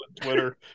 Twitter